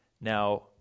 Now